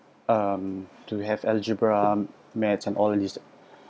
um to have algebra maths and all of these